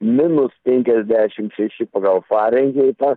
minus penkiasdešimt šeši pagal farenheitą